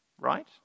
right